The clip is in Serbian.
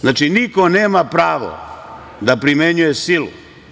Znači, niko nema pravo da primenjuje silu.